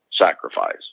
sacrifice